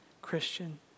Christian